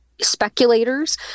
speculators